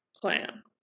plan